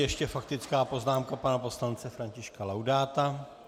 Ještě faktická poznámka pana poslance Františka Laudáta.